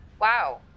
Wow